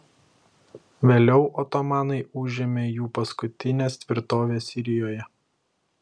vėliau otomanai užėmė jų paskutines tvirtoves sirijoje